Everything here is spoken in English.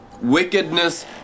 Wickedness